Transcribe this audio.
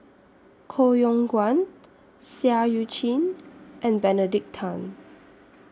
Koh Yong Guan Seah EU Chin and Benedict Tan